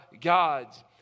God's